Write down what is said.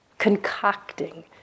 Concocting